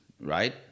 right